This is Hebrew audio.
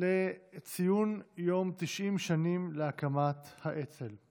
לציון 90 שנים להקמת האצ"ל,